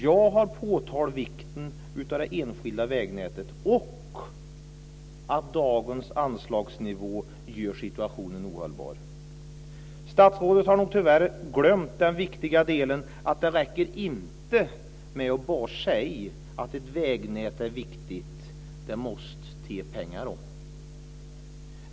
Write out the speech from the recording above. Jag har påpekat vikten av det enskilda vägnätet och att dagens anslagsnivå gör situationen ohållbar. Statsrådet har tyvärr glömt den viktiga delen att det inte räcker med att bara säga att vägnätet är viktigt. Det måste också till pengar.